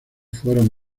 fueron